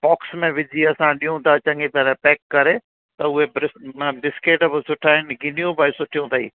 box में विझी असां ॾियूं था चङी तरह पैक करे त उहे ब्रेस म बिस्केट बि सुठा आहिनि गिन्नियूं बि सुठियूं अथई